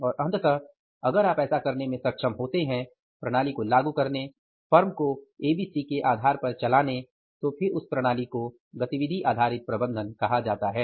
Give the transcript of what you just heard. और अंततः अगर आप ऐसा करने में सक्षम होते हैं प्रणाली को लागू करने फर्म को ABC के आधार पर चलाने तो फिर उस प्रणाली को गतिविधि आधारित प्रबंधन कहा जाता है